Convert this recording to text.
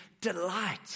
delight